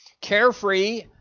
carefree